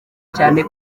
cyane